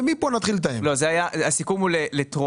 ומפה נתחיל -- דובר על הסכמה לטרומית,